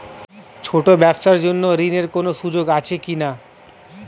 ছোট ব্যবসার জন্য ঋণ এর কোন সুযোগ আছে কি না?